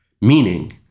Meaning